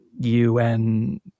UN